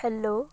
hello